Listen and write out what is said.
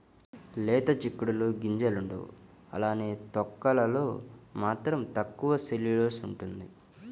లేత చిక్కుడులో గింజలుండవు అలానే తొక్కలలో మాత్రం తక్కువ సెల్యులోస్ ఉంటుంది